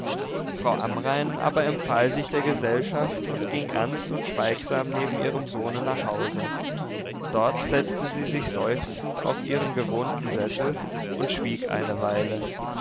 frau amrain aber empfahl sich der gesellschaft und ging ernst und schweigsam neben ihrem sohne nach hause dort setzte sie sich seufzend auf ihren gewohnten sessel und schwieg eine weile